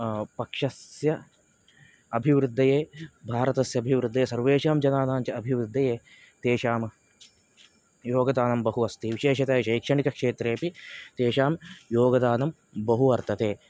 पक्षस्य अभिवृद्धये भाारतस्य अभिवृद्धये सर्वेषां जनानाञ्च अभिवृद्धये तेषां योगदानं बहु अस्ति विशेषतया शैक्षणिकक्षेत्रेऽपि तेषां योगदानं बहु वर्तते